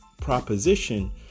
proposition